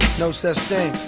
no such thing.